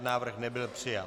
Návrh nebyl přijat.